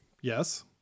Yes